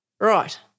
Right